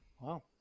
Wow